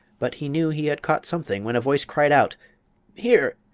but he knew he had caught something when a voice cried out here,